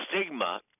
stigma